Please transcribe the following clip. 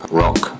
rock